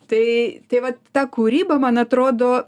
tai tai va ta kūryba man atrodo